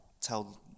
tell